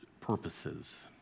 purposes